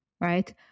Right